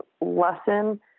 lesson